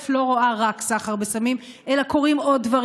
1. לא רואה רק סחר בסמים אלא קורים עוד דברים